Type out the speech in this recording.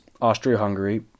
Austria-Hungary